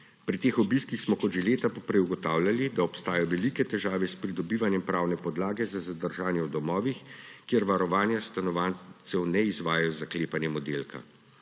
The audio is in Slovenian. Pri teh obiskih smo kot že leta poprej ugotavljali, da obstajajo velike težave s pridobivanjem pravne podlage za zadržanje v domovih, kjer varovanja stanovalcev ne izvajajo z zaklepanjem oddelka.